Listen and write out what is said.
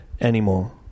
anymore